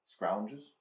scroungers